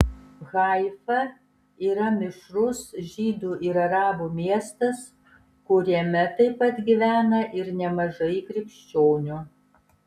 haifa yra mišrus žydų ir arabų miestas kuriame taip pat gyvena ir nemažai krikščionių